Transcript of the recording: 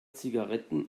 zigaretten